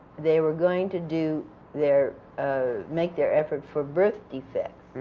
they were going to do their ah make their effort for birth defects,